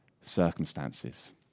circumstances